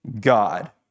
God